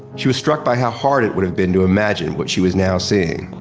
she was struck by how hard it would've been to imagine what she was now seeing.